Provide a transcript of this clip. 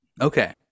okay